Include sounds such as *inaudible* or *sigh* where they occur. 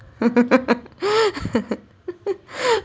*laughs*